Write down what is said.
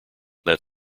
that